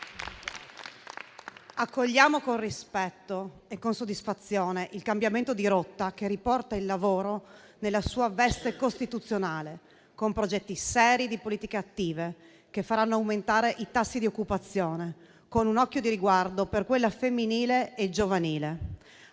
Accogliamo con rispetto e con soddisfazione il cambiamento di rotta che riporta il lavoro nella sua veste costituzionale, con progetti seri di politiche attive, che faranno aumentare i tassi di occupazione, con un occhio di riguardo per quella femminile e giovanile,